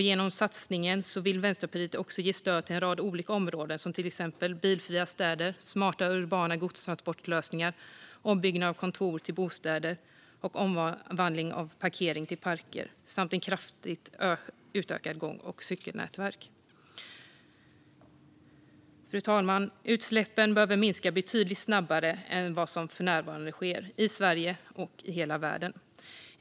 Genom satsningen vill Vänsterpartiet ge stöd till en rad olika områden, till exempel bilfria städer, smarta urbana godstransportlösningar, ombyggnad av kontor till bostäder och omvandling av parkeringar till parker samt ett kraftigt utökat gång och cykelnätverk. Fru talman! Utsläppen behöver minska betydligt snabbare än vad som för närvarande sker i Sverige och i hela världen.